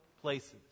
places